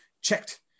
checked